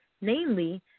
namely